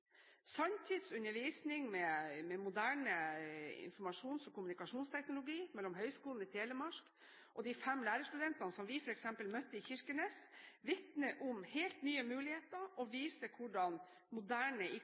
Sanntidsundervisning gjennom moderne informasjons- og kommunikasjonsteknologi mellom Høgskolen i Telemark og f.eks. de fem lærerstudentene som vi møtte i Kirkenes, vitner om helt nye muligheter og viser hvordan moderne